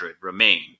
remain